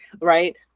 right